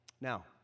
Now